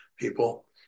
people